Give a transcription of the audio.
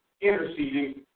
interceding